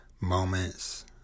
moments